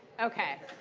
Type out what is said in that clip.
ok,